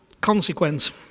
consequence